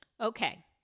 Okay